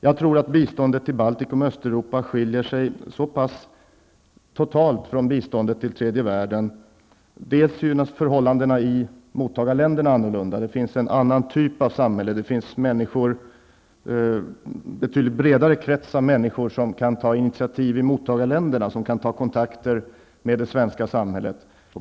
Jag tror att biståndet till Baltikum och Östeuropa skiljer sig totalt från biståndet till tredje världen. Förhållandena i mottagarländerna är olika. Det är en annan typ av samhällen. En betydligt bredare krets av människor kan ta initativ i de baltiska mottagarländerna. De kan sätta sig i förbindelse med det svenska samhället.